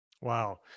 Wow